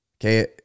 Okay